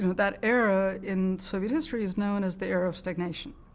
that era in soviet history is known as the era of stagnation.